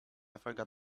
forgot